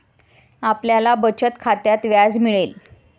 आपल्याला बचत खात्यात व्याज मिळेल